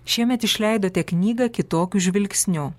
šiemet išleidote knygą kitokiu žvilgsniu